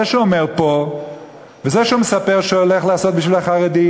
זה שהוא אומר פה וזה שהוא מספר שהוא הולך לעשות בשביל החרדים,